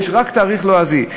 יש רק תאריך לועזי.